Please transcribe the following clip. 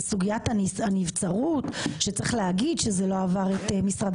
של סוגיית הנבצרות שצריך להגיד שזה לא עבר את משרד